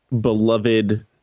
beloved